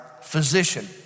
physician